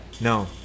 No